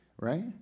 right